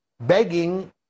begging